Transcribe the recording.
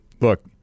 look